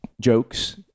jokes